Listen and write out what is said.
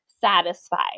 satisfied